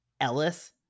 Ellis